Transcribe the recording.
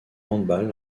handball